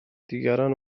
دیگران